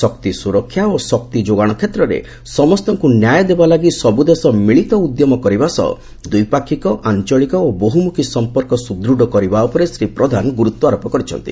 ଶକ୍ତି ସୁରକ୍ଷା ଓ ଶକ୍ତି ଯୋଗାଣ କ୍ଷେତ୍ରରେ ସମସ୍ତଙ୍କୁ ନ୍ୟାୟ ଦେବା ଲାଗି ସବୁ ଦେଶ ମିଳିତ ଉଦ୍ୟମ କରିବା ସହ ଦ୍ୱିପାକ୍ଷିକ ଆଞ୍ଚଳିକ ଓ ବହୁମୁଖୀ ସଂପର୍କ ସୁଦୂଢ଼ କରିବା ଉପରେ ଶ୍ରୀ ପ୍ରଧାନ ଗୁରୁତ୍ୱାରୋପ କରିଛନ୍ତି